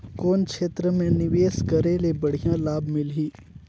कौन क्षेत्र मे निवेश करे ले बढ़िया लाभ मिलही?